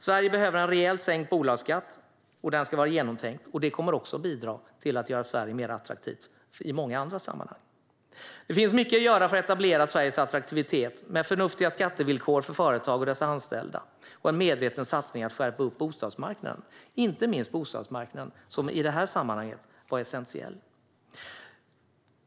Sverige behöver en rejält sänkt bolagsskatt, och den ska vara genomtänkt. Det kommer att bidra till att göra Sverige mer attraktivt också i många andra sammanhang. Det finns mycket att göra för att etablera Sveriges attraktivitet med förnuftiga skattevillkor för företag och deras anställda och en medveten satsning på att skärpa till bostadsmarknaden, som i det här sammanhanget var essentiell.